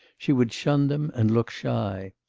she would shun them and look shy.